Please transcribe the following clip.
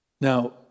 Now